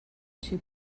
too